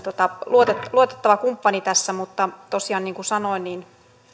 luotettava luotettava kumppani tässä mutta tosiaan niin kuin sanoin